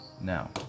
now